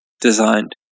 designed